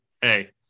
hey